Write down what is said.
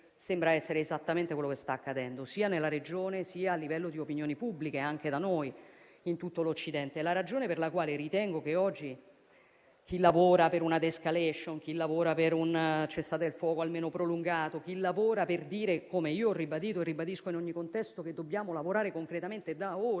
sembra essere esattamente quello che sta accadendo sia nella Regione, sia a livello di opinioni pubbliche, anche da noi e in tutto l'Occidente. La ragione per la quale ritengo che oggi chi lavora per una *de-escalation*, per un cessate il fuoco almeno prolungato o chi lavora per dire - come io ho ribadito e ribadisco in ogni contesto - che dobbiamo lavorare concretamente da ora